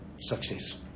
success